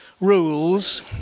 rules